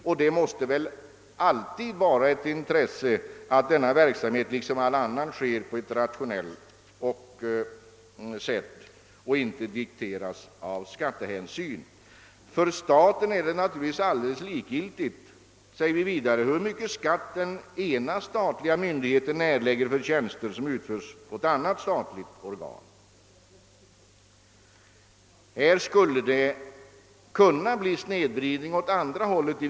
Men det måste alltid vara ett intresse att denna liksom all annan verksamhet bedrives på rationellaste sätt och inte dikteras av skattehänsyn. Vi framhåller vidare att det för staten naturligtvis är alldeles likgiltigt hur mycket skatt den ena statliga myndigheten erlägger för tjänster som utförs åt annat statligt organ. Härvidlag skulle det i vissa fall kunna bli en snedvridning i den andra riktningen.